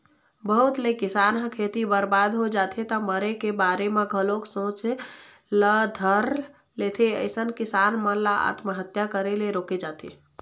बहुत ले किसान ह खेती बरबाद हो जाथे त मरे के बारे म घलोक सोचे ल धर लेथे अइसन किसान मन ल आत्महत्या करे ले रोके जाथे